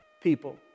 people